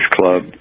club